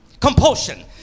compulsion